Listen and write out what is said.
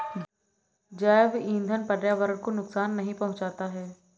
जैव ईंधन पर्यावरण को नुकसान नहीं पहुंचाता है